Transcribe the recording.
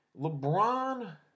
LeBron